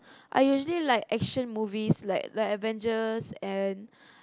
I usually like action movies like like Avengers and